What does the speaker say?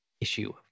issue